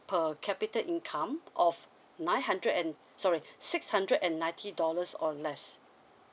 per capita income of nine hundred and sorry six hundred and ninety dollars or less